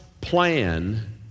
plan